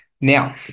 Now